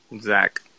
Zach